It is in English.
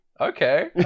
okay